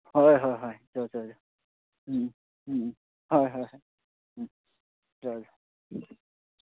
ꯍꯣꯏ ꯍꯣꯏ ꯍꯣꯏ ꯆꯠꯁꯦ ꯆꯠꯁꯦ ꯎꯝ ꯎꯝ ꯎꯝ ꯎꯝ ꯍꯣꯏ ꯍꯣꯏ ꯎꯝ ꯆꯠꯂꯁꯦ